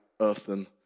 earthen